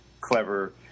clever